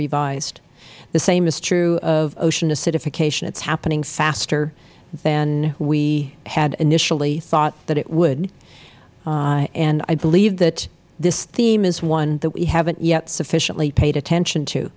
revised the same is true of ocean acidification it is happening faster than we had initially thought that it would and i believe that this theme is one that we haven't yet sufficiently paid attention to